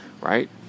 right